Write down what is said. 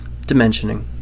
dimensioning